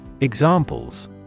Examples